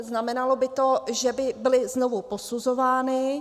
Znamenalo by to, že by byly znovu posuzovány.